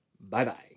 Bye-bye